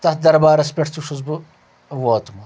تتھ دربارس پٮ۪ٹھ تہِ چھُس بہٕ ووتمُت